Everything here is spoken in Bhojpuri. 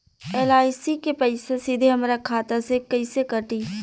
एल.आई.सी के पईसा सीधे हमरा खाता से कइसे कटी?